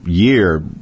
year